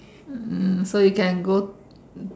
um so you can go